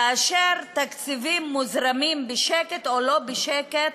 כאשר תקציבים מוזרמים בשקט, או שלא בשקט,